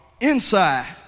inside